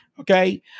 okay